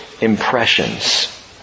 impressions